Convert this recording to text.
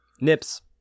Nips